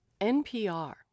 NPR